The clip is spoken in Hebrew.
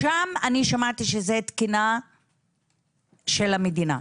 שם אני שמעתי שזה תקינה של המדינה,